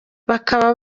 bakaba